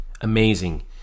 amazing